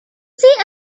see